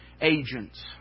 agents